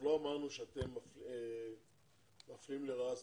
אנחנו לא אמרנו שאתם מפלים לרעה סטודנטים,